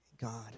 god